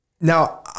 now